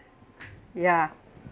ya